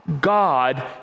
God